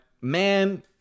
man